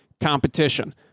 competition